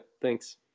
Thanks